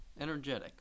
energetic